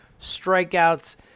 strikeouts